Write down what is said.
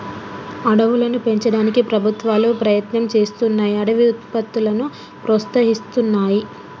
అడవులను పెంచడానికి ప్రభుత్వాలు ప్రయత్నం చేస్తున్నాయ్ అడవి ఉత్పత్తులను ప్రోత్సహిస్తున్నాయి